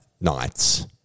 nights